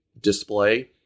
Display